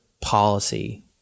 policy